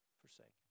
forsaken